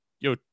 yo